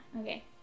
Okay